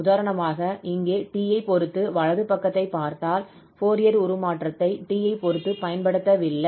உதாரணமாக இங்கே t ஐப் பொறுத்து வலது பக்கத்தைப் பார்த்தால் ஃபோரியர் உருமாற்றத்தை t ஐப் பொறுத்து பயன்படுத்தவில்லை